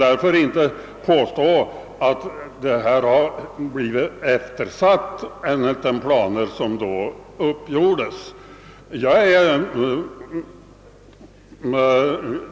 Man kan inte påstå att någonting här har blivit eftersatt, om man ser på den plan som då gjordes upp.